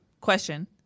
question